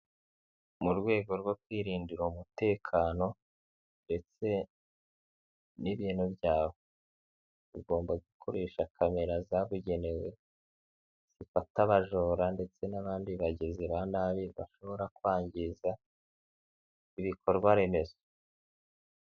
Mu rwego rwo kwirindira umutekano ndetse n'ibintu byawe, ugomba gukoresha kamera zabugenewe zifata abajura ndetse n'abandi bagizi ba nabi bashobora kwangiza ibikorwaremezo.